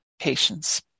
patience